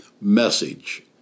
message